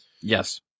Yes